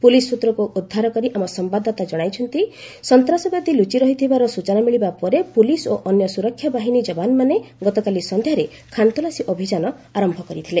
police ସୂତ୍ରକୁ ଉଦ୍ଧାର କରି ଆମ ସମ୍ଭାଦଦାତା କହିଛନ୍ତି ସନ୍ତାସବାଦୀ ଲୁଚି ରହିଥିବାର ସୂଚନା ମିଳିବା ପରେ ପୁଲିସ୍ ଓ ଅନ୍ୟ ସୁରକ୍ଷା ବାହିନୀ ଯବାନମାନେ ଗତକାଲି ସନ୍ଧ୍ୟାରେ ଖାନ୍ତଲାସୀ ଅଭିଯାନ ଆରମ୍ଭ କରିଥିଲେ